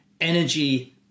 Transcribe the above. energy